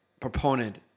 proponent